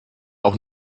auch